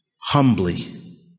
humbly